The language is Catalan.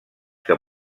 que